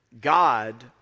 God